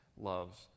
loves